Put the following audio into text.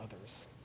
others